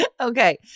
Okay